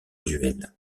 duel